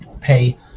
pay